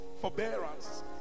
forbearance